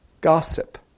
gossip